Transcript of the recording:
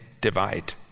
divide